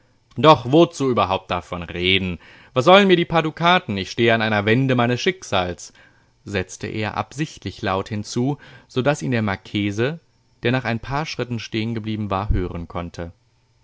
doch wozu überhaupt davon reden was sollen mir die paar dukaten ich stehe an einer wende meines schicksals setzte er absichtlich laut hinzu so daß ihn der marchese der nach ein paar schritten stehengeblieben war hören konnte